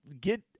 get